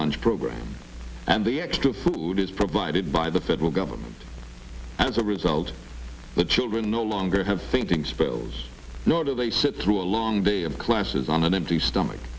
lunch program and the extra food is provided by the federal government as a result the children no longer have fainting spells nor do they sit through a long day of classes on an empty stomach